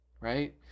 Right